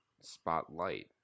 spotlight